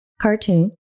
cartoon